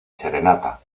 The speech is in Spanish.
serenata